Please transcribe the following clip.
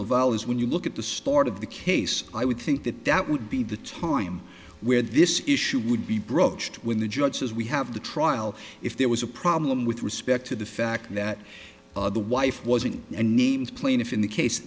laval is when you look at the start of the case i would think that that would be the time where this issue would be broached when the judge says we have the trial if there was a problem with respect to the fact that the wife wasn't a named plaintiff in the case